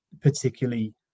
particularly